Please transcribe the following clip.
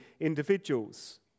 individuals